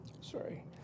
Sorry